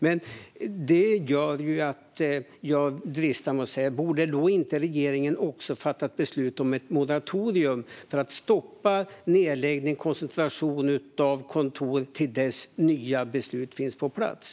Men det gör att jag också dristar mig till att fråga: Borde då inte regeringen också fatta ett beslut om ett moratorium för att stoppa nedläggning och koncentration av kontor till dess att nya beslut finns på plats?